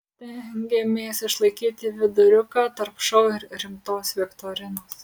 stengėmės išlaikyti viduriuką tarp šou ir rimtos viktorinos